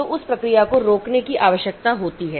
तो उस प्रक्रिया को रोकने की आवश्यकता होती है